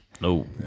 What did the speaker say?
No